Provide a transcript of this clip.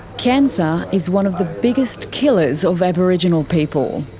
cancer is one of the biggest killers of aboriginal people,